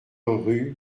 rue